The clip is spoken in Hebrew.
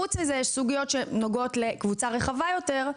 חוץ מזה, יש סוגיות שנוגעות לקבוצה רחבה יותר: